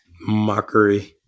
mockery